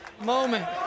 Moment